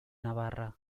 navarra